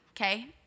Okay